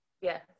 Yes